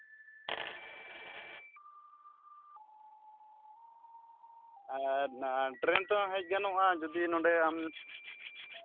ᱴᱨᱮ ᱱ ᱛᱮᱦᱚᱸ ᱦᱮᱡ ᱜᱟᱱᱚᱜᱼᱟ ᱡᱩᱫᱤ ᱱᱚᱸᱰᱮ ᱟᱢ